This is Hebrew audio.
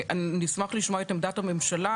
נשמח לשמוע את עמדת הממשלה,